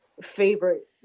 favorite